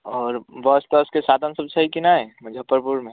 आओर बस तसके साधन सब छै कि नहि मुजफ्फरपुरमे